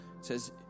says